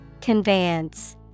conveyance